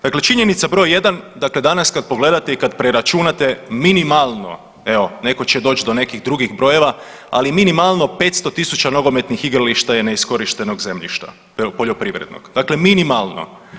Dakle činjenica broj jedan, dakle danas kad pogledate i kad preračunate minimalno evo neko će doć do nekih drugih brojeva, ali minimalno 500 tisuća nogometnih igrališta je neiskorištenog zemljišta poljoprivrednog, dakle minimalno.